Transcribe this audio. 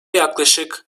yaklaşık